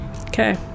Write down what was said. okay